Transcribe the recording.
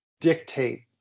dictate